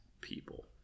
people